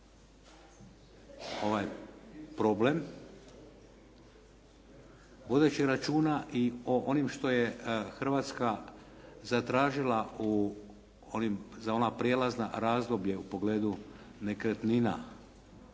ovaj problem vodeći računa i o onim što je Hrvatska zatražila u onim, za ona prijelazna razdoblja u pogledu nekretnina.